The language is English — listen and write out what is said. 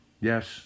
Yes